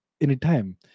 anytime